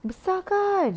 besar kan